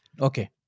okay